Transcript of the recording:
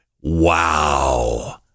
Wow